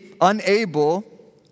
unable